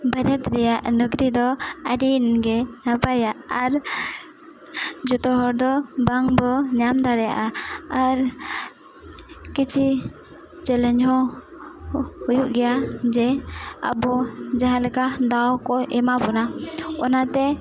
ᱵᱷᱟᱨᱚᱛ ᱨᱮᱭᱟᱜ ᱱᱚᱠᱨᱤ ᱫᱚ ᱟᱹᱰᱤ ᱜᱮ ᱱᱟᱯᱟᱭᱟ ᱟᱨ ᱡᱷᱚᱛᱚ ᱦᱚᱲ ᱫᱚ ᱵᱟᱝ ᱵᱚ ᱧᱟᱢ ᱫᱟᱲᱮᱭᱟᱜᱼᱟ ᱟᱨ ᱠᱤᱪᱷᱩ ᱪᱮᱞᱮᱧᱡᱽ ᱦᱚᱸ ᱦᱩᱭᱩᱜ ᱜᱮᱭᱟ ᱡᱮ ᱟᱵᱚ ᱡᱟᱦᱟᱸ ᱞᱮᱠᱟ ᱫᱟᱣ ᱠᱚ ᱮᱢᱟ ᱵᱚᱱᱟ ᱚᱱᱟᱛᱮ